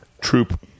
Troop